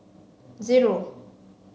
zero